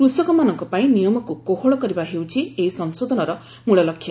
କୃଷକମାନଙ୍କ ପାଇଁ ନିୟମକୁ କୋହଳ କରିବା ହେଉଛି ଏହି ସଂଶୋଧନର ମୂଳ ଲକ୍ଷ୍ୟ